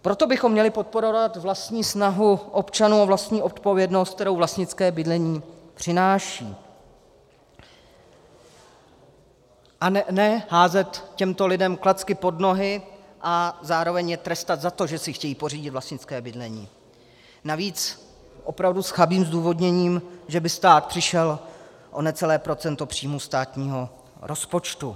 Proto bychom měli podporovat vlastní snahu občanů o vlastní odpovědnost, kterou vlastnické bydlení přináší, a ne házet těmto lidem klacky pod nohy a zároveň je trestat za to, že si chtějí pořídit vlastnické bydlení, navíc opravdu s chabým zdůvodněním, že by stát přišel o necelé procento příjmu státního rozpočtu.